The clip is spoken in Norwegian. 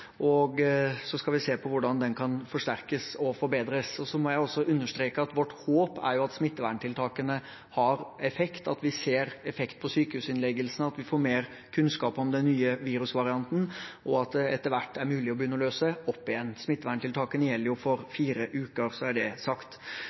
og så skal vi se på hvordan den kan forsterkes og forbedres. Jeg må også understreke at vårt håp er at smitteverntiltakene har effekt, at vi ser effekt på sykehusinnleggelsene, at vi får mer kunnskap om den nye virusvarianten, og at det etter hvert er mulig å begynne å løse opp igjen. Smitteverntiltakene gjelder jo for